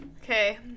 Okay